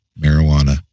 Marijuana